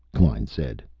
klein said.